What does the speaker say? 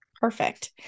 Perfect